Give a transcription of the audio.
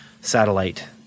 satellite